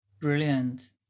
Brilliant